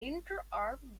linkerarm